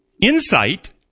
insight